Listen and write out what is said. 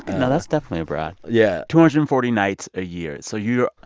now, that's definitely abroad yeah two hundred and forty nights a year so you're.